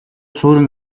суурин